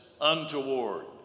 untoward